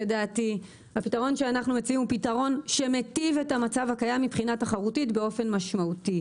הוא פתרון שמיטיב את המצב הקיים מבחינה תחרותית באופן משמעותי.